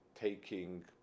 taking